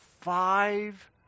five